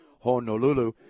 Honolulu